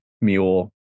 mule